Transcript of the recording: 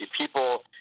people